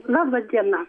laba diena